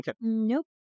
Nope